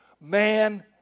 Man